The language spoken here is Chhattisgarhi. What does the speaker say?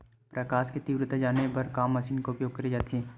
प्रकाश कि तीव्रता जाने बर का मशीन उपयोग करे जाथे?